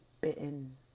bitten